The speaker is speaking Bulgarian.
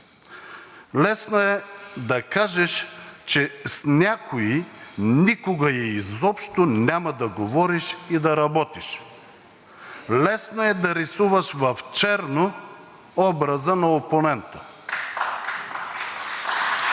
Лесно е да кажеш, че с някого никога и изобщо няма да говориш и да работиш, лесно е да рисуваш в черно образа на опонента.